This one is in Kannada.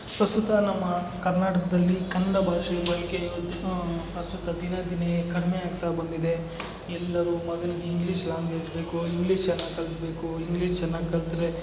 ಪ್ರಸ್ತುತ ನಮ್ಮ ಕರ್ನಾಟಕದಲ್ಲಿ ಕನ್ನಡ ಭಾಷೆ ಬಳಕೆ ಪ್ರಸ್ತುತ ದಿನ ದಿನೇ ಕಡಿಮೆ ಆಗ್ತಾ ಬಂದಿದೆ ಎಲ್ಲರು ಮಗನಿಗೆ ಇಂಗ್ಲೀಷ್ ಲಾಂಗ್ವೇಜ್ ಬೇಕು ಇಂಗ್ಲೀಷನ್ನ ಕಲಿಬೇಕು ಇಂಗ್ಲೀಷ್ ಚೆನ್ನಾಗ್ ಕಲಿತ್ರೆ